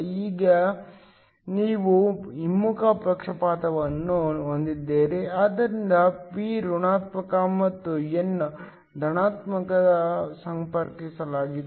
ಈಗ ನೀವು ಹಿಮ್ಮುಖ ಪಕ್ಷಪಾತವನ್ನು ಹೊಂದಿದ್ದೀರಿ ಆದ್ದರಿಂದ p ಋಣಾತ್ಮಕ ಮತ್ತು n ಅನ್ನು ಧನಾತ್ಮಕಕ್ಕೆ ಸಂಪರ್ಕಿಸಲಾಗಿದೆ